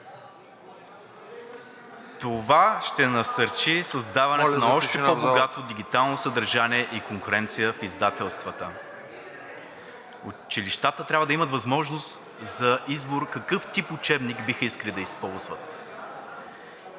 Това ще насърчи създаването на още по-богато дигитално съдържание и конкуренция в издателствата. Училищата трябва да имат възможност за избор какъв тип учебник биха искали да използват